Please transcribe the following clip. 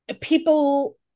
people